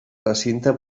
recinte